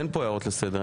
אין כאן הערות לסדר.